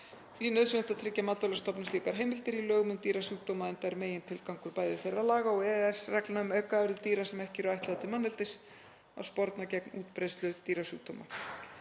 Því er nauðsynlegt að tryggja Matvælastofnun slíkar heimildir í lögum um dýrasjúkdóma, enda er megintilgangur bæði þeirra laga og EES-reglna um aukaafurðir dýra sem ekki eru ætlaðar til manneldis að sporna gegn útbreiðslu dýrasjúkdóma.